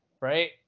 right